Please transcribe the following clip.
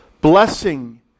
blessing